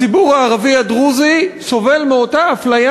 הציבור הערבי הדרוזי סובל מאותה אפליה